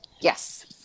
Yes